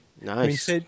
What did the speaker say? Nice